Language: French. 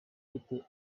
été